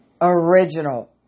original